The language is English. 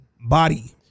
Body